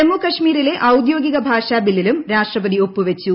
ജമ്മു കശ്മീരിലെ ഔദ്യോഗിക ഭാഷാ ബില്ലിലും രാഷ്ട്രപതി ഒപ്പു വെച്ചു